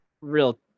real